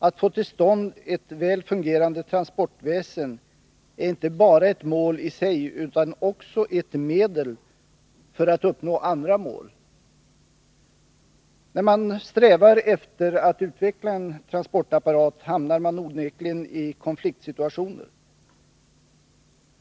Att få till stånd ett väl fungerande transportväsen är inte bara ett mål i sig utan också ett medel för att uppnå andra mål. När man strävar efter att utveckla en transportapparat hamnar man obevekligen i konfliktsituationer.